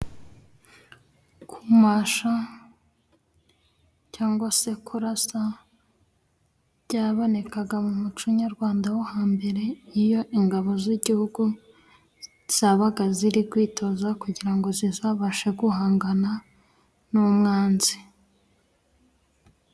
Kumasha cyangwa se kurasa byabonekaga mu muco nyarwanda wo hambere iyo ingabo z'igihugu zabaga ziri kwitoza kugira ngo zizabashe guhangana n'umwanzi.